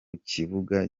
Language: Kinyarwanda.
kibuga